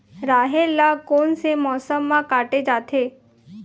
राहेर ल कोन से मौसम म काटे जाथे?